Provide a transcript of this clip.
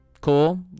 cool